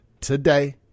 today